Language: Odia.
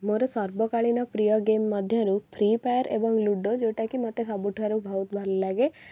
ମୋର ସର୍ବକାଳୀନ ପ୍ରିୟ ଗେମ୍ ମଧ୍ୟରୁ ଫ୍ରି ଫାୟାର୍ ଏବଂ ଲୁଡ଼ୁ ଯେଉଁଟାକି ମୋତେ ସବୁଠାରୁ ବହୁତ ଭଲ ଲାଗେ